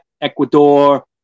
Ecuador